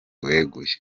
weguye